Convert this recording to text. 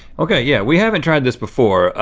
okay, yeah, we haven't tried this before.